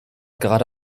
gerade